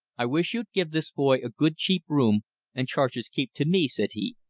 i wish you'd give this boy a good cheap room and charge his keep to me, said he.